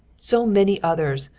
so many others,